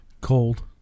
Cold